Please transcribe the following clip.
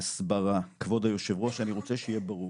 הסברה, כבוד היושב ראש, אני רוצה שיהיה ברור